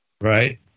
Right